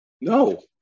No